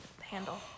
handle